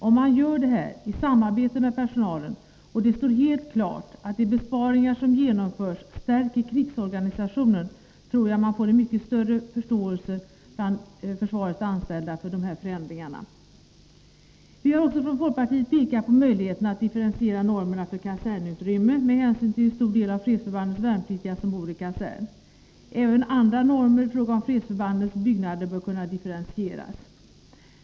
Om man gör det i samarbete med personalen, och det står helt klart att de besparingar som genomförs stärker krigsorganisationen, tror jag att man får en mycket större förståelse bland försvarets anställda för de här förändringarna. Vi har också från folkpartiet pekat på möjligheterna att differentiera normerna för kasernutrymme med hänsyn till hur stor del av fredsförbandets värnpliktiga som bor i kasern. Även andra normer i fråga om fredsförbandens byggnader bör kunna differentieras.